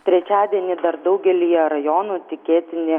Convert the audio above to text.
trečiadienį dar daugelyje rajonų tikėtini